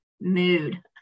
mood